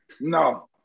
No